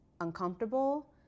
uncomfortable